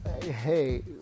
hey